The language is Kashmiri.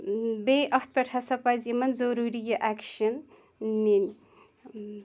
بیٚیہِ اَتھ پٮ۪ٹھ ہَسا پَزِ یِمَن ضروٗری یہِ ایٚکشَن نِنۍ